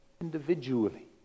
individually